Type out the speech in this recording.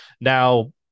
Now